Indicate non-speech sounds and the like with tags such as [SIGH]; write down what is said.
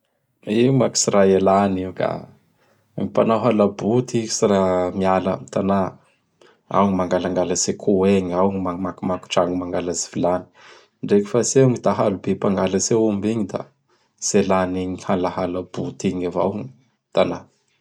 Io moa k tsy raha ialany io ka. Gny mpanao halaboty tsy raha miala am tana. Ao gny mangalangalatsy akoho egny, ao gny ma-maki-makitragno mangalatsy vilany. [NOISE] Ndreky fa tsy eo gny dahalo be mangalatsy aomby igny tsy ialan'igny halahala-boty igny avao gn tana.